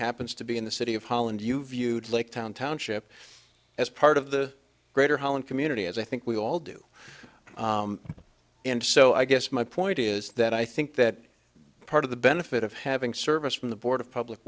happens to be in the city of holland you viewed lake town township as part of the greater holland community as i think we all do and so i guess my point is that i think that part of the benefit of having service from the board of public